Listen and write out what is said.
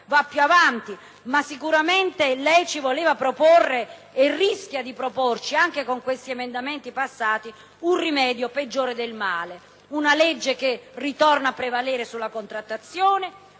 va più avanti, ma sicuramente lei ci voleva proporre, e rischia di proporre anche con questi emendamenti approvati dalla Camera dei deputati, un rimedio peggiore del male. Una legge che ritorna a prevalere sulla contrattazione,